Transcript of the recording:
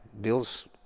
Bill's